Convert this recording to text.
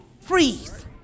Freeze